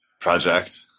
project